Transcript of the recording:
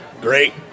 great